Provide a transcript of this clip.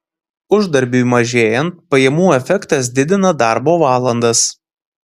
uždarbiui mažėjant pajamų efektas didina darbo valandas